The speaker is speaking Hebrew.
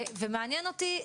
ומעניין אותי,